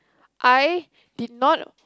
I did not